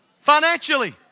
financially